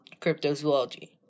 Cryptozoology